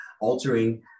altering